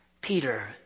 Peter